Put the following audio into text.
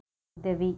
உதவி